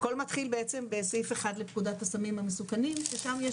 הכל מתחיל בעצם בסעיף 1 לפקודת הסמים המסוכנים ששם יש